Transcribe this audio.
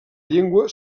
llengua